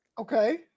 Okay